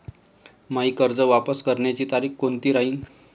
मायी कर्ज वापस करण्याची तारखी कोनती राहीन?